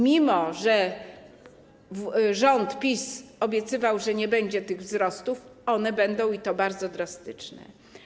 Mimo że rząd PiS obiecywał, że nie będzie tych wzrostów, to one będą, i to bardzo drastyczne.